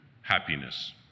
happiness